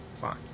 Fine